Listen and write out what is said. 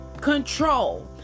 control